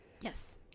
Yes